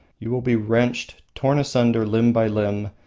you will be wrenched, torn asunder limb by limb,